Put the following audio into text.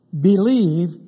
believe